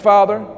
Father